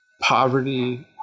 poverty –